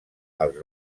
els